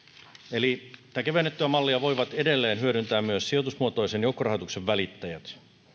eli tätä kevennettyä mallia voivat edelleen hyödyntää myös sijoitusmuotoisen joukkorahoituksen välittäjät